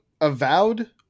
Avowed